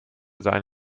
sein